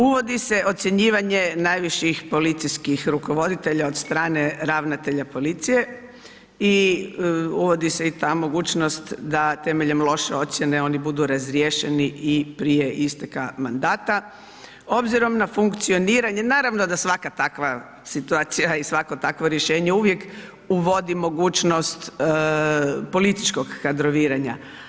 Uvodi se ocjenjivanje najviših policijskih rukovoditelja od strane ravnatelja policije i uvodi se i ta mogućnost, da temeljem loše ocjene oni budu razriješeni i prije isteka mandata, obzirom na funkcioniranje, naravno da svaka takva situacija i svako takvo rješenje, uvijek uvodi mogućnost političkog kadroviranja.